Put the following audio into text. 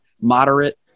Moderate